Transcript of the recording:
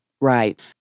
Right